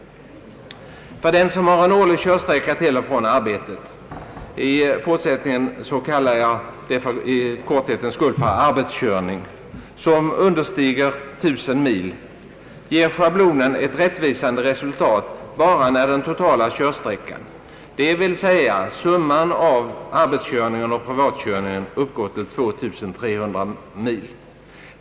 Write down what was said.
För den som har en årlig körsträcka till och från arbetet — i fortsättningen kallar jag det för korthetens skull för arbetskörning — som understiger 1000 mil ger schablonen ett rättvisande resultat bara när den totala körsträckan, dvs. summan av arbetskörningen och privatkörningen, uppgår till 2300 mil.